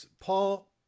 Paul